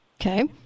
Okay